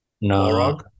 No